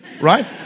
right